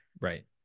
Right